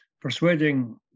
persuading